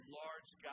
large